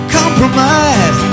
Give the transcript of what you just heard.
compromise